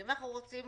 אם אנחנו רוצים